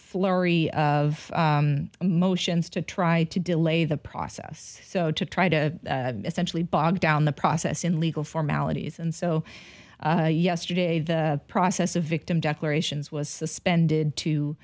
flurry of motions to try to delay the process so to try to essentially bog down the process in legal formalities and so yesterday the process of victim declarations was suspended to